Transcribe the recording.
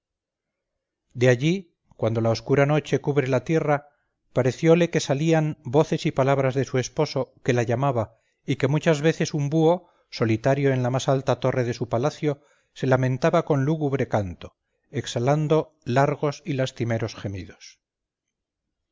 de allí cuando la oscura noche cubre la tierra pareciole que salían voces y palabras de su esposo que la llamaba y que muchas veces un búho solitario en la más alta torre de su palacio se lamentaba con lúgubre canto exhalando largos y lastimeros gemidos